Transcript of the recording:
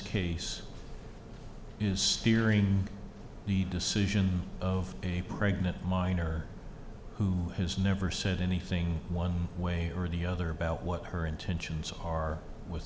case steering the decision of a pregnant minor who has never said anything one way or the other about what her intentions are with